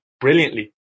brilliantly